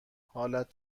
حالت